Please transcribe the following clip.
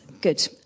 Good